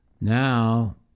now